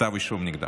כתב אישום נגדם.